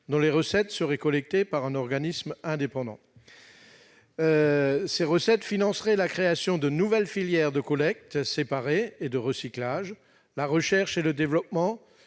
dont les recettes seraient collectées par un organisme indépendant. Ces recettes financeraient la création de nouvelles filières de collecte séparée et de recyclage, la recherche et le développement